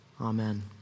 Amen